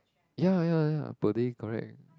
ya ya ya per day correct